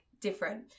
different